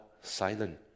silent